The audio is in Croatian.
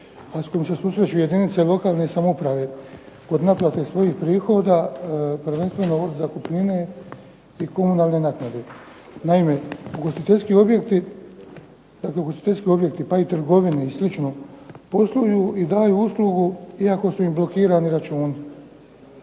a s kojim se susreću jedinice lokalne samouprave kod naplate svojih prihoda, prvenstveno od zakupnine i komunalne naknade. Naime, ugostiteljski objekti, dakle ugostiteljski objekti pa i trgovine i slično posluju i daju uslugu iako su im blokirani računi.